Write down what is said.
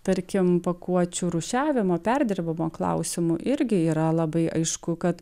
tarkim pakuočių rūšiavimo perdirbimo klausimu irgi yra labai aišku kad